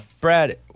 Brad